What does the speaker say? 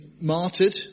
martyred